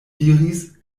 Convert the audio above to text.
diris